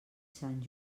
sant